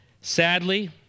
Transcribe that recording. Sadly